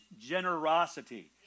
generosity